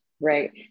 right